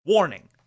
Warning